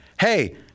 hey